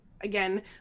again